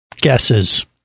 guesses